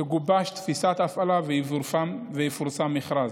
תגובש תפיסת ההפעלה ויפורסם מכרז.